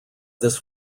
this